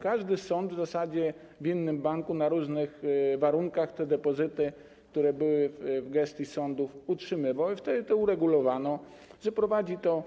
Każdy sąd w zasadzie w innym banku, na różnych warunkach te depozyty, które były w gestii sądów, trzymał i wtedy to uregulowano, ustalono, że prowadzi to